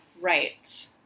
Right